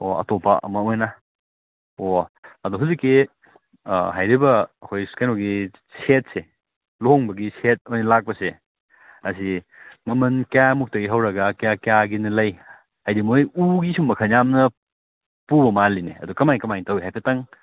ꯑꯣ ꯑꯇꯣꯞꯄ ꯑꯃ ꯑꯣꯏꯅ ꯑꯣ ꯑꯗꯣ ꯍꯧꯖꯤꯛꯀꯤ ꯍꯥꯏꯔꯤꯕ ꯑꯩꯈꯣꯏ ꯀꯩꯅꯣꯒꯤ ꯁꯦꯠꯁꯦ ꯂꯨꯍꯣꯡꯕꯒꯤ ꯁꯦꯠ ꯑꯣꯏꯅ ꯂꯥꯛꯄꯁꯦ ꯑꯁꯤ ꯃꯃꯟ ꯀꯌꯥꯃꯨꯛꯇꯒꯤ ꯍꯧꯔꯒ ꯀꯌꯥ ꯀꯌꯥꯒꯤꯅ ꯂꯩ ꯍꯥꯏꯗꯤ ꯃꯣꯏ ꯎꯒꯤꯁꯨ ꯃꯈꯜ ꯌꯥꯝꯅ ꯄꯨꯕ ꯃꯥꯜꯂꯤꯅꯦ ꯑꯗꯨ ꯀꯃꯥꯏ ꯀꯃꯥꯏ ꯇꯧꯋꯤ ꯍꯥꯏꯐꯦꯠꯇꯪ